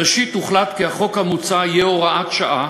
ראשית, הוחלט כי החוק המוצע יהיה הוראת שעה